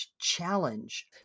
challenge